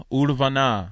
urvana